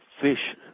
fish